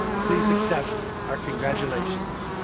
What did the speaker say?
please accept our congratulations.